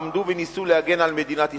עמדו וניסו להגן על מדינת ישראל.